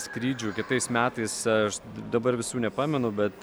skrydžių kitais metais aš dabar visų nepamenu bet